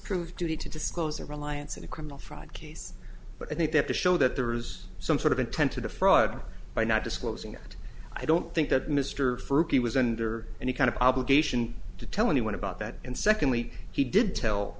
prove duty to disclose or reliance in a criminal fraud case but i think they have to show that there's some sort of intent to defraud by not disclosing it i don't think that mr he was under any kind of obligation to tell anyone about that and secondly he did tell